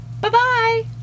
Bye-bye